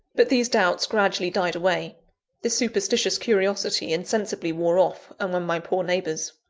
but these doubts gradually died away this superstitious curiosity insensibly wore off, among my poor neighbours.